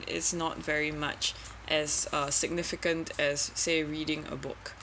is not very much as a significant as say reading a book